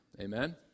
Amen